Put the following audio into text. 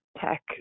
tech